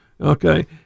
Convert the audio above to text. Okay